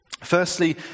Firstly